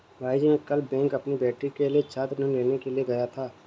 भाईजी मैं कल बैंक अपनी बेटी के लिए छात्र ऋण लेने के लिए गया था